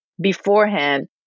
beforehand